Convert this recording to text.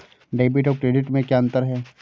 Debit और credit में क्या अंतर है?